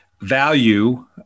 value